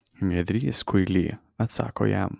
nedrįsk kuily atsako jam